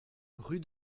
rue